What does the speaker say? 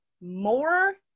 more